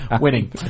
Winning